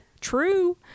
true